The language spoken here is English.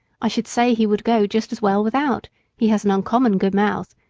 i should say he would go just as well without he has an uncommon good mouth,